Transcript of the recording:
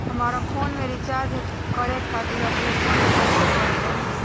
हमार फोन के रीचार्ज करे खातिर अपने फोन से कैसे कर पाएम?